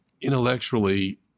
intellectually